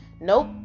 Nope